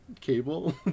cable